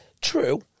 True